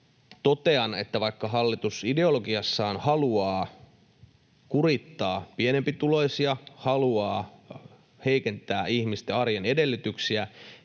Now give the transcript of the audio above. totean, että vaikka hallitus ideologiassaan haluaa kurittaa pienempituloisia, haluaa heikentää ihmisten arjen edellytyksiä,